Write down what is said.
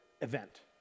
event